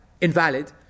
invalid